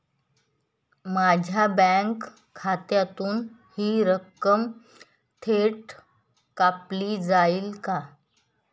माझ्या बँक खात्यातून हि रक्कम थेट कापली जाईल का?